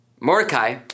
Mordecai